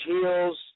heels